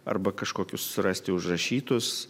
arba kažkokius rasti užrašytus